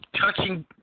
touching